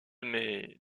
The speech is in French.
mais